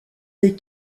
des